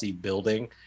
building